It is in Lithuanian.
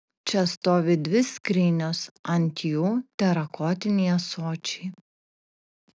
čia stovi dvi skrynios ant jų terakotiniai ąsočiai